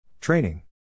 Training